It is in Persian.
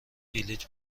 بلیط